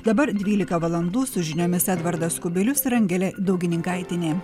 dabar dvylika valandų su žiniomis edvardas kubilius ir angelė daugininkaitienė